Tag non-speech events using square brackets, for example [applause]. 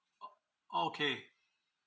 [noise] okay